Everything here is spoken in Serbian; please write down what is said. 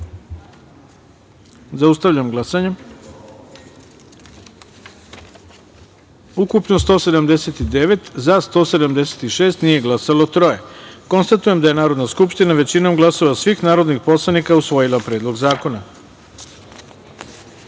taster. Zaustavljam glasanje: ukupno - 179, za – 176, nije glasalo troje. Konstatujem da je Narodna skupština većinom glasova svih narodnih poslanika usvojila Predlog zakona. Pre